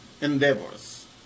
endeavors